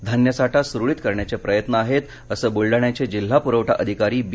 धान्य साठा सुरळीत करण्याचे प्रयत्न आहेत असं बुलडाण्याचे जिल्हा पुरवठा अधिकारी बी